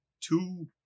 two